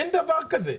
אין דבר כזה.